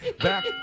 Back